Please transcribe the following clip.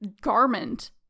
garment